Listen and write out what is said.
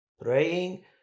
praying